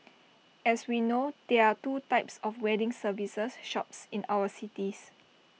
as we know there are two types of wedding services shops in our city